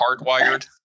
hardwired